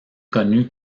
connue